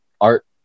art